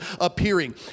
appearing